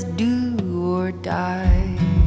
do-or-die